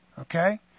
Okay